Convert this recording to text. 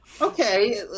okay